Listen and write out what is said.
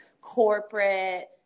corporate